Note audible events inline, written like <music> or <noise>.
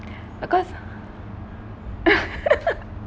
because <laughs>